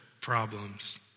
problems